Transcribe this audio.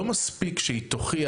לא מספיק שהיא תוכיח,